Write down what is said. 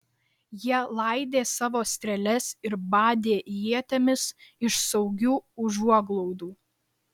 jie laidė savo strėles ir badė ietimis iš saugių užuoglaudų